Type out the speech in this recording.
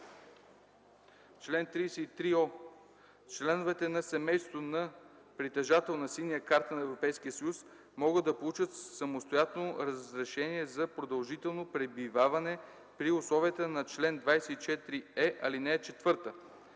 Чл. 33о. Членовете на семейството на притежател на синя карта на Европейския съюз могат да получат самостоятелно разрешение за продължително пребиваване при условията на чл. 24е, ал. 4.” 9.